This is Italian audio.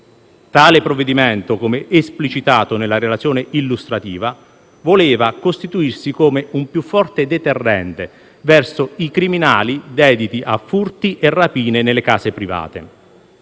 Tale provvedimento - come esplicitato nella relazione illustrativa - voleva costituirsi come un più forte deterrente verso i criminali dediti a furti e rapine nelle case private.